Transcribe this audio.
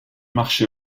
marché